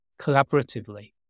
collaboratively